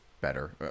better